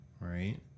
right